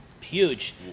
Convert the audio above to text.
Huge